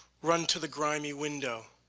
run to the grimy window,